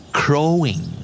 crowing